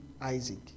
Isaac